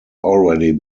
already